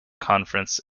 conference